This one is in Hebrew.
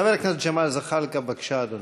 חבר הכנסת ג'מאל זחאלקה, בבקשה, אדוני.